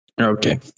Okay